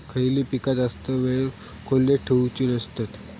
खयली पीका जास्त वेळ खोल्येत ठेवूचे नसतत?